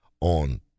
on